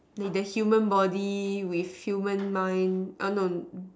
may the human body with human mind err no